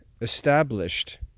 established